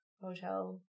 Hotel